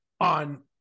on